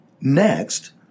Next